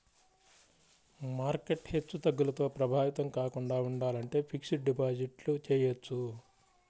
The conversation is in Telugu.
మార్కెట్ హెచ్చుతగ్గులతో ప్రభావితం కాకుండా ఉండాలంటే ఫిక్స్డ్ డిపాజిట్ చెయ్యొచ్చు